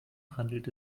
handelt